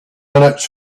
minutes